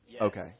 Okay